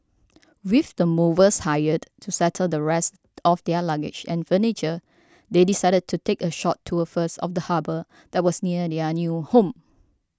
with the movers hired to settle the rest of their luggage and furniture they decided to take a short tour first of the harbour that was near their new home